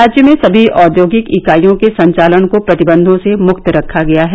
राज्य में सभी औद्योगिक इकाईयों के संचालन को प्रतिबन्यों से मुक्त रखा गया है